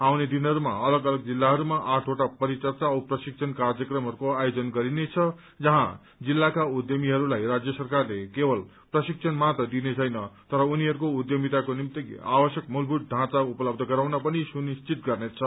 आउने दिनहरूमा अलग अलग जिल्लाहरूमा आठवटा परिचर्चा औ प्रशिक्षण कार्यक्रमहस्को आयोजन गरिनेछ जहाँ जिल्लाका उद्यमीहरूलाई राज्य सरकारले केवल प्रशिक्षण मात्र दिनेछैन तर उनीहरूको उद्यमिताको निम्ति आवश्यक मूलभूत बँचा उपलब्च गराउन अनि सुनिश्वित गर्नेछ